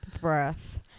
breath